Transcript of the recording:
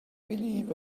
believe